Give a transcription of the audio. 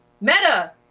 meta